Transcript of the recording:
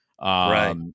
Right